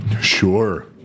Sure